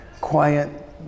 quiet